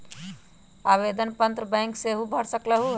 आवेदन पत्र बैंक सेहु भर सकलु ह?